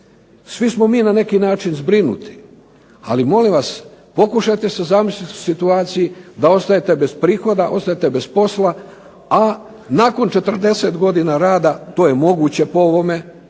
Svi smo mi na neki način zbrinuti, ali molim vas pokušajte se zamisliti u situaciji da ostajete bez prihoda, da ostajete bez posla, a nakon 40 godina rada to je moguće po ovome,